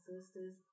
sisters